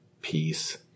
peace